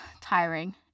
tiring